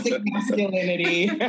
masculinity